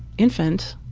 infant,